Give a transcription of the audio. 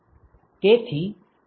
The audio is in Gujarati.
તે બધા i પર નો સરવાળો હશે